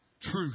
truth